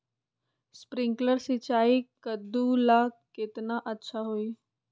Sprinkler सिंचाई कददु ला केतना अच्छा होई?